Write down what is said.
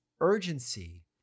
urgency